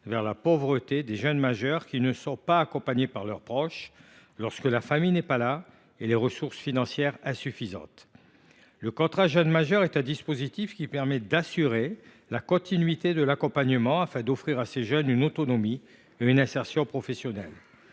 vers la pauvreté des jeunes majeurs qui ne sont pas accompagnés par leurs proches, lorsque la famille n’est pas là et que les ressources financières sont insuffisantes. Le contrat jeune majeur, quant à lui, permet d’assurer la continuité de l’accompagnement afin d’offrir à ces jeunes une autonomie et la perspective d’une insertion professionnelle.